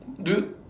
do you